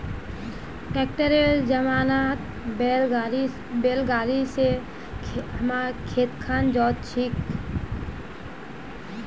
ट्रैक्टरेर जमानात बैल गाड़ी स खेत के जोत छेक